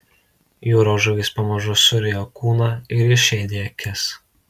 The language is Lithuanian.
jūros žuvys pamažu surijo kūną ir išėdė akis